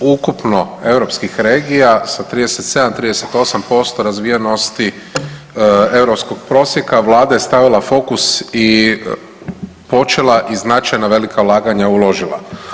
ukupno europskih regija sa 37, 38% razvijenosti europskog prosjeka Vlada je stavila fokus i počela i značajno velika ulaganja uložila.